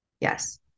yes